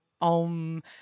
OM